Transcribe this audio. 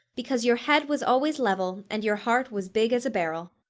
because your head was always level, and your heart was big as a barrel.